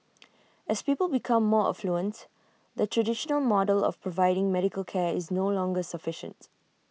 as people become more affluent the traditional model of providing medical care is no longer sufficient